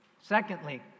Secondly